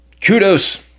kudos